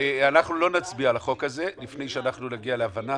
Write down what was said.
אנחנו לא נצביע על החוק הזה לפני שאנחנו נגיע להבנה